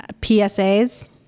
PSAs